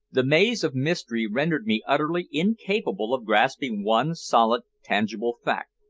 the maze of mystery rendered me utterly incapable of grasping one solid tangible fact,